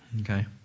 Okay